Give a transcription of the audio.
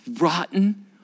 Rotten